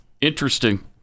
Interesting